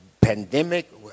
pandemic